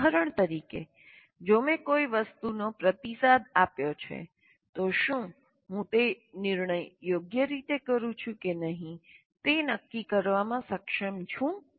ઉદાહરણ તરીકે જો મેં કોઈ વસ્તુનો પ્રતિસાદ આપ્યો છે તો શું હું તે નિર્ણય યોગ્ય રીતે કરું છું કે નહીં તે નક્કી કરવામાં સક્ષમ છું